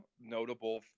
notable